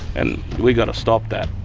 and we got to stop that.